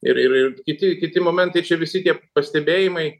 ir ir ir kiti kiti momentai čia visi tie pastebėjimai